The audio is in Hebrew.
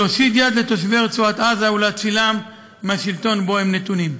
להושיט יד לתושבי רצועת עזה ולהצילם מהשלטון שבו הם נתונים.